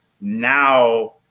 now